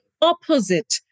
opposite